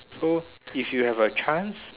so if you have a chance